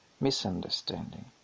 misunderstanding